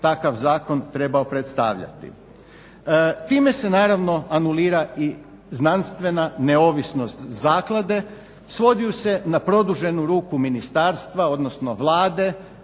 takav zakon trebao predstavljati.